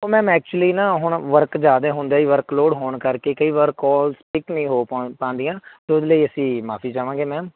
ਉਹ ma'am actually ਨਾ ਹੁਣ ਵਰਕ ਜ਼ਿਆਦਾ ਹੁੰਦਾ ਜੀ ਵਰਕ ਲੋਡ ਹੋਣ ਕਰਕੇ ਕਈ ਵਾਰ ਕੋਲਸ ਪਿੱਕ ਨਹੀਂ ਹੋ ਪੋ ਪਾਉਂਦੀਆਂ ਸੋ ਉਹਦੇ ਲਈ ਅਸੀਂ ਮਾਫ਼ੀ ਚਾਹਾਂਗੇ ਮੈਮ